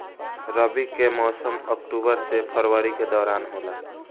रबी के मौसम अक्टूबर से फरवरी के दौरान होला